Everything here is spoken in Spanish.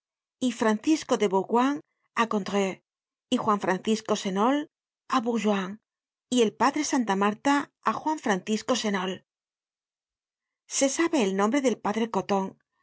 y francisco bourgoin á gondreu y juan francisco senault á bourgoin y el padre santa marta ájuan francisco senault se sabe el nombre del padre coton